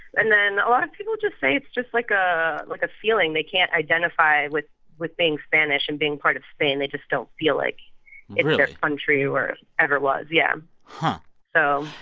and then a lot of people just say it's just, like, ah like a feeling. they can't identify with with being spanish and being part of spain. they just don't feel like. really. it's their country or ever was. yeah huh so.